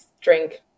drink